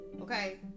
Okay